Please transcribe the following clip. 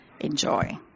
enjoy